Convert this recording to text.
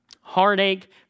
heartache